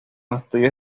estudios